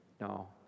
No